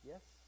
Yes